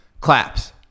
claps